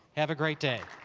have a great day.